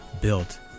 built